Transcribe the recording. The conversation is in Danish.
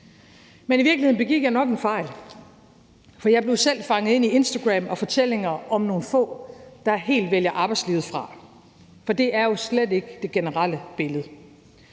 Men i virkeligheden begik jeg nok en fejl, for jeg blev selv fanget ind af Instagram og fortællinger om nogle få, der helt vælger arbejdslivet fra – for det er jo slet ikke det generelle billede.